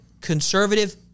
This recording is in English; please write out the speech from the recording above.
conservative